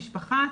משפחה,